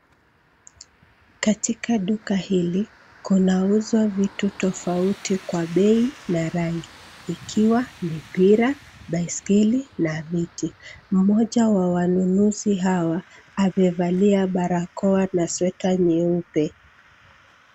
Katika duka hili kuna uzwa vitu tofauti kwa bei na rangi ikiwa mipira baiskeli na viti mmoja wa wanunuzi hawa amevalia barakoa na sweater nyeupe.